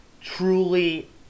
truly